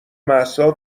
مهسا